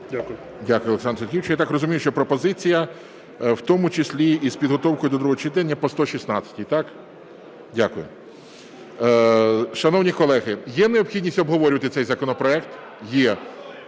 Дякую, Олександр Сергійович. Я так розумію, що пропозиція в тому числі і з підготовкою до другого читання по 116-й, так? Дякую. Шановні колеги, є необхідність обговорювати цей законопроект? Є.